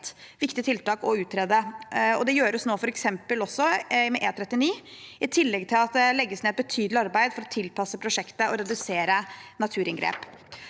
viktig tiltak å utrede. Det gjøres nå f.eks. også med E39, der det i tillegg legges ned et betydelig arbeid for å tilpasse prosjektet og redusere naturinngrep.